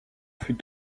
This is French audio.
fut